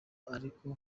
ariko